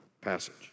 passage